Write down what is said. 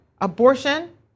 abortion